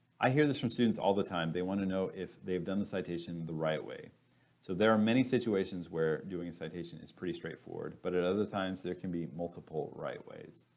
i hear this from students all the time. they want to know if they've done the citation the right way so there are many situations where doing a citation is pretty straightforward but at other times there can be multiple right ways.